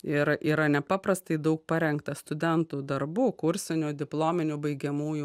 ir yra nepaprastai daug parengta studentų darbų kursinių diplominių baigiamųjų